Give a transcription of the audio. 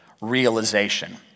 realization